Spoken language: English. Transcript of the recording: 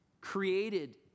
created